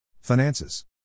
Finances